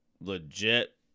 legit